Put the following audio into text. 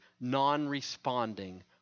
non-responding